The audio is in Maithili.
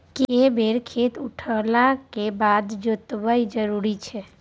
के बेर खेत उठला के बाद जोतब जरूरी छै?